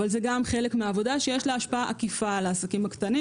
אבל גם לזה יש השפעה עקיפה על העסקים הקטנים.